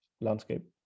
landscape